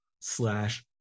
slash